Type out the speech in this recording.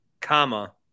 Comma